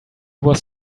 was